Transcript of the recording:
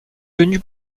venu